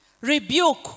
rebuke